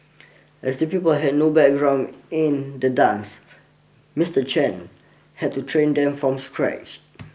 as the pupils had no background in the dance Mister Chan had to train them from scratch